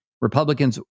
Republicans